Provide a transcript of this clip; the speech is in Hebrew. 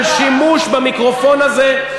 של שימוש במיקרופון הזה,